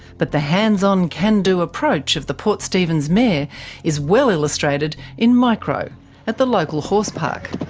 but the hands-on, can-do approach of the port stephens mayor is well illustrated in micro at the local horse park.